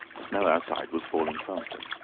the snow outside was falling faster.